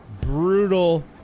Brutal